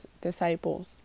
disciples